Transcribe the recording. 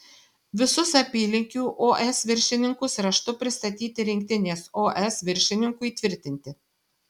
visus apylinkių os viršininkus raštu pristatyti rinktinės os viršininkui tvirtinti